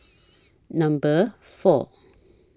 Number four